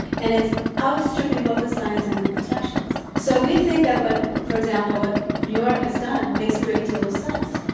and it's outstripping both the science and the protections. so, we think that what for example, what new york has done, makes a great deal of sense,